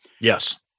Yes